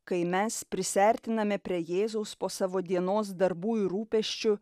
kai mes prisiartiname prie jėzaus po savo dienos darbų ir rūpesčių